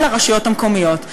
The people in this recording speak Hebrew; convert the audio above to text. לרשויות המקומיות.